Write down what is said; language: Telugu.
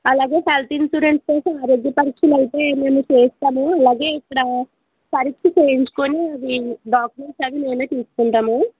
అలాగే హెల్త్ ఇన్సూరెన్స్ కోసం ఆరోగ్య పరీక్షలైతే మేము చెయ్యిస్తాము ఇలాగే ఇక్కడ పరీక్ష చెయ్యించుకుని అవి డాక్యుమెంట్స్ అవి మేమే తీసుకుంటాము